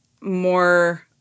more